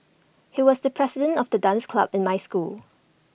he was the president of the dance club in my school